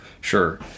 Sure